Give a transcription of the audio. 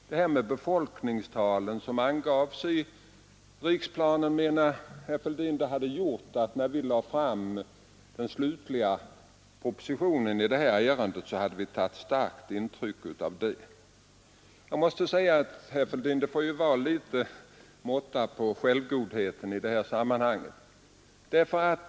Herr Fälldin anser att vi, när vi lade fram propositionen, hade tagit starkt intryck av de befolkningstal som angavs i riksplanen. Jag måste säga, herr Fälldin, att det får vara litet måtta på självgodheten i det här sammanhanget!